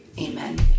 amen